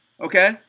Okay